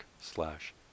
slash